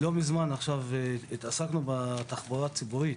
לא מזמן התעסקנו בתחבורה הציבורית.